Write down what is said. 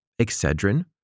Excedrin